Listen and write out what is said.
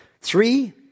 Three